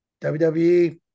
WWE